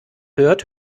hört